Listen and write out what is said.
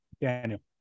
Daniel